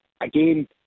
again